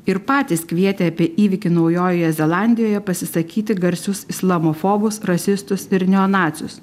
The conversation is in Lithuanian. ir patys kvietė apie įvykį naujojoje zelandijoje pasisakyti garsius islamofobus rasistus ir neonacius